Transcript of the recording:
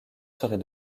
seraient